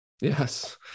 Yes